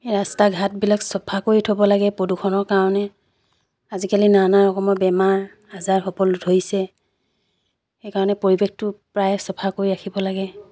ৰাস্তা ঘাটবিলাক চফা কৰি থ'ব লাগে প্ৰদূষণৰ কাৰণে আজিকালি নানা ৰকমৰ বেমাৰ আজাৰ হ'বলে ধৰিছে সেইকাৰণে পৰিৱেশটো প্ৰায়ে চফা কৰি ৰাখিব লাগে